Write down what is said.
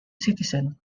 citizen